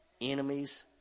enemies